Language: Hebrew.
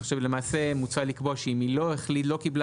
כך שלמעשה מוצע לקבוע שאם היא לא קיבלה